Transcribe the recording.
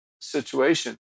situation